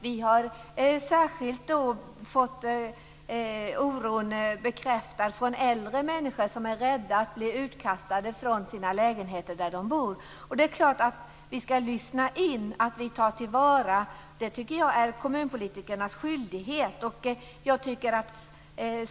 Vi har fått oron särskilt bekräftad av äldre människor som är rädda för att bli utkastade från sina lägenheter. Det är klart att vi skall lyssna in och ta till vara detta. Det tycker jag är kommunpolitikernas skyldighet.